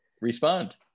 Respond